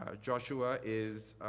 ah joshua is